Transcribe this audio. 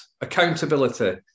accountability